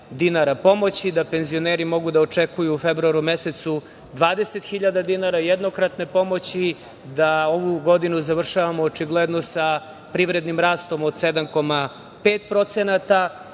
dinara pomoći da penzioneri mogu da očekuju u februaru mesecu 20.000 dinara jednokratne pomoći, da ovu godinu završavamo, očigledno sa privrednim rastom od 7,5%, da